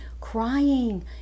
crying